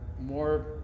more